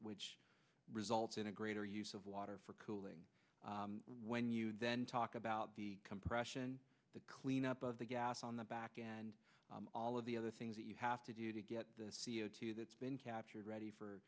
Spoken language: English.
which results in a greater use of water for cooling when you then talk about the compression cleanup of the gas on the back and all of the other things that you have to do to get the c o two that's been captured ready for